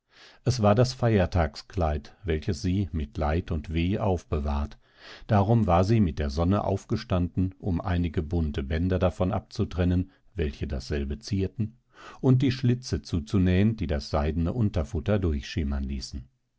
es war das feiertagskleid welches sie mit leid und weh aufbewahrt darum war sie mit der sonne aufgestanden um einige bunte bänder davon abzutrennen welche dasselbe zierten und die schlitze zuzunähen die das seidene unterfutter durchschimmern ließen